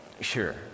sure